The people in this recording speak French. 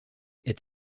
est